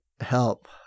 help